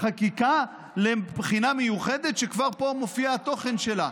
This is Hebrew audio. בחקיקה, לבחינה מיוחדת, שכבר פה מופיע התוכן שלה.